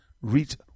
reach